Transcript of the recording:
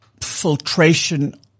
filtration